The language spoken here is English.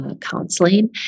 Counseling